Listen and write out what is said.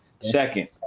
Second